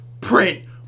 print